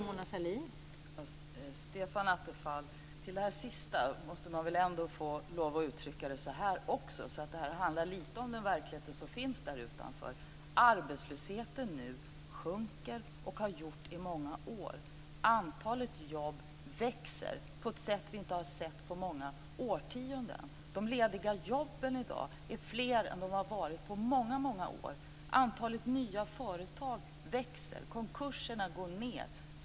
Fru talman! Till det sista, Stefan Attefall, vill jag uttrycka mig så här. Det här handlar lite om den verklighet som finns därutanför. Arbetslösheten sjunker, och det har den gjort under många år. Antalet jobb växer på ett sätt som vi inte har sett på många årtionden. De lediga jobben är i dag fler än vad de har varit på många år. Antalet nya företag växer. Antalet konkurser går ned.